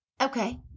Okay